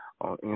on